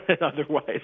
Otherwise